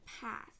path